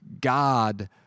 God